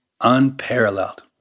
unparalleled